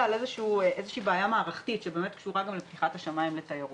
על איזה שהיא בעיה מערכתית שבאמת קשורה גם לפתיחת השמים לתיירות.